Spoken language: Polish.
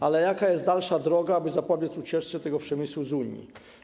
Ale jaka jest dalsza droga, aby zapobiec ucieczce tego przemysłu z Unii?